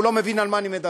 לא מבין על מה אני מדבר.